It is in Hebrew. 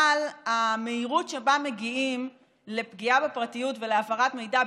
אבל המהירות שבה מגיעים לפגיעה בפרטיות ולהפרת מידע,